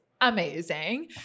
amazing